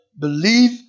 believe